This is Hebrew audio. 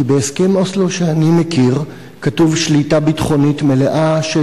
כי בהסכם אוסלו שאני מכיר כתוב: שליטה ביטחונית מלאה של